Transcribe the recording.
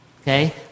okay